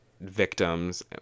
victims